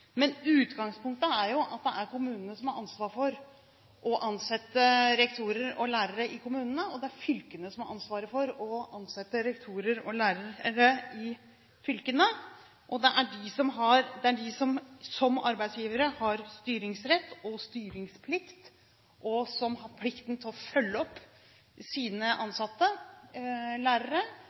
Men utgangspunktet er jo at det er kommunene som har ansvar for å ansette rektorer og lærere i kommunene, og det er fylkene som har ansvaret for å ansette rektorer og lærere i fylkene. Det er de, som arbeidsgivere, som har styringsrett og styringsplikt, og som har plikt til å følge opp sine ansatte lærere